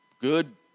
good